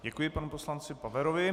Děkuji panu poslanci Paverovi.